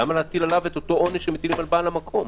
למה להטיל עליו את העונש שמטילים על בעל המקום?